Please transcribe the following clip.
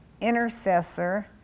intercessor